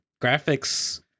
graphics